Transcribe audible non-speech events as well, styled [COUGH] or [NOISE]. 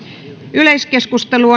yleiskeskustelu [UNINTELLIGIBLE]